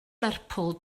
lerpwl